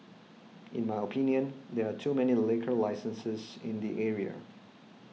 in my opinion there are too many liquor licenses in the area